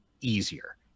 easier